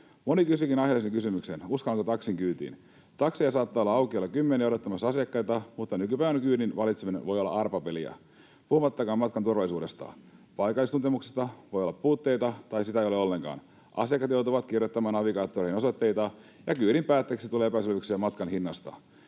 Moni kysyykin aiheellisen kysymyksen: uskallanko taksin kyytiin? Takseja saattaa olla aukiolla kymmeniä odottamassa asiakkaita, mutta nykypäivänä kyydin valitseminen voi olla arpapeliä, puhumattakaan matkan turvallisuudesta. Paikallistuntemuksessa voi olla puutteita, tai sitä ei ole ollenkaan. Asiakkaat joutuvat kirjoittamaan navigaattoriin osoitteita, ja kyydin päätteeksi tulee epäselvyyksiä matkan hinnasta.